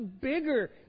bigger